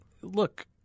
look